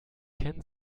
kennen